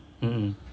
mmhmm